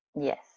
Yes